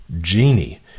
genie